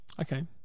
Okay